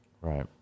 Right